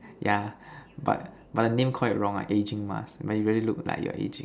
yeah but but the name quite wrong eh aging mask make you really look like you're aging